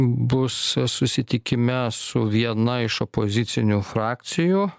bus susitikime su viena iš opozicinių frakcijų